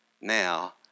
now